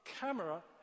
camera